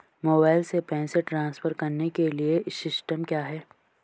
Mobile से पैसे transfer करने के लिए सिस्टम क्या है?